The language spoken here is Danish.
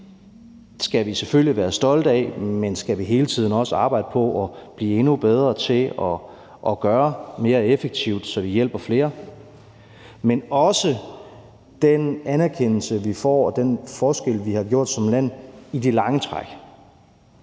her, skal vi selvfølgelig være stolte af, men vi skal også hele tiden arbejde på at blive endnu bedre til at gøre det mere effektivt, så vi hjælper flere. Det gælder også den anerkendelse, vi får, og den forskel, vi har gjort som land i det lange træk.